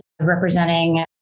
representing